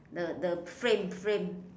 the the frame frame